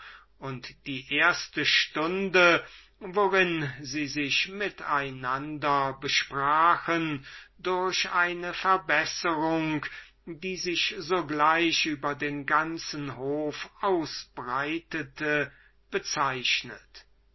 und die erste stunde worin sie sich mit einander besprachen durch eine reforme welche sich sogleich über den ganzen hof ausbreitete bezeichnet